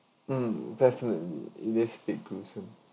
mm definitely it is a bit gruesome